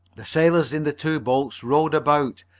the sailors in the two boats rowed about,